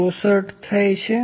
164 થાય છે